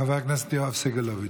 חבר הכנסת יואב סגלוביץ',